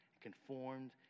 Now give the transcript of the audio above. conformed